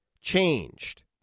changed